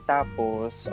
Tapos